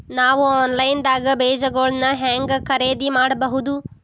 ನಾವು ಆನ್ಲೈನ್ ದಾಗ ಬೇಜಗೊಳ್ನ ಹ್ಯಾಂಗ್ ಖರೇದಿ ಮಾಡಬಹುದು?